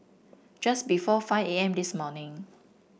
just before five A M this morning